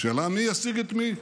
השאלה היא מי ישיג את מי.